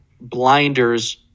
blinders